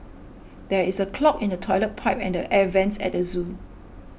there is a clog in the Toilet Pipe and the Air Vents at the zoo